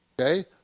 Okay